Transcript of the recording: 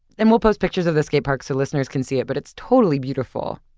and we'll post pictures of the skate park so listeners can see it but it's totally beautiful.